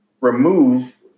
remove